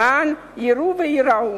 למען יראו וייראו.